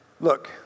Look